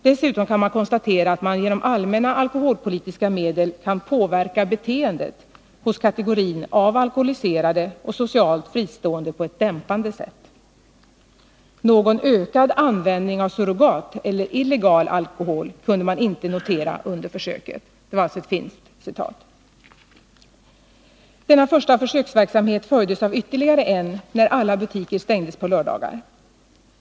Dessutom kan man konstatera att man genom allmänna alkoholpolitiska medel kan påverka beteendet hos kategorin av alkoholiserade och socialt fristående på ett dämpande sätt. Någon ökad användning av surrogat eller illegal alkohol kunde man inte notera under försöket. Detta var alltså ett finskt uttalande. stängdes på lördagar.